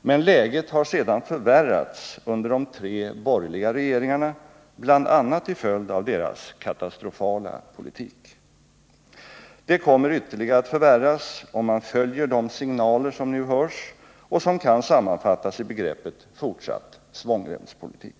Men läget har sedan förvärrats under de tre borgerliga regeringarna, bl.a. till följd av deras katastrofala politik. Det kommer ytterligare att förvärras om man följer de signaler som nu hörs och som kan sammanfattas i begreppet fortsatt svångremspolitik.